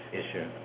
issue